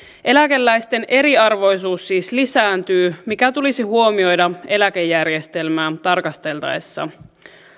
eläkeläisten eriarvoisuus siis lisääntyy mikä tulisi huomioida eläkejärjestelmää tarkasteltaessa